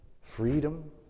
freedom